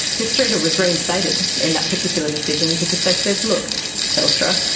ms streeter was reinstated in that particular decision because they said, look telstra,